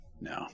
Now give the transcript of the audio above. No